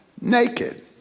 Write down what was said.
naked